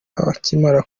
bakimara